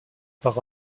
par